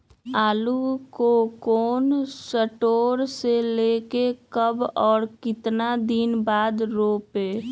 आलु को cold store से ले के कब और कितना दिन बाद रोपे?